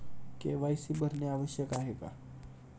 KYC भरणे आवश्यक आहे का?